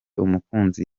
umukunzi